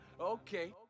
Okay